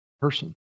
person